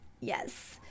yes